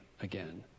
again